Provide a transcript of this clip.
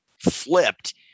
flipped